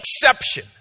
exception